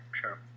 sure